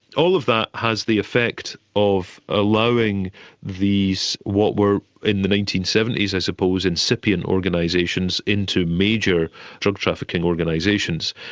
all of that has the effect of allowing these what were in the nineteen seventy s i suppose incipient organisations into major drug-trafficking organisations,